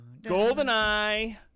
GoldenEye